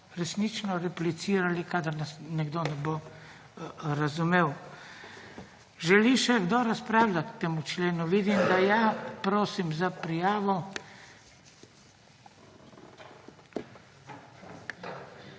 resnično replicirali kadar nekdo ne bo razumel. Želi še kdo razpravljati k temu členu? Vidim, da ja. Prosim za prijavo.